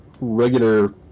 regular –